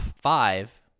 five